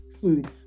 food